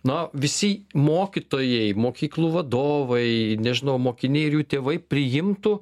na visi mokytojai mokyklų vadovai nežinau mokiniai ir jų tėvai priimtų